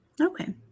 Okay